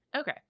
okay